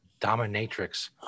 dominatrix